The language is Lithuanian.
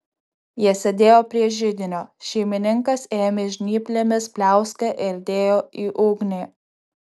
jie sėdėjo prie židinio šeimininkas ėmė žnyplėmis pliauską ir dėjo į ugnį